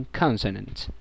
consonants